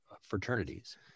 fraternities